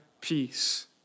peace